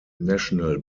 national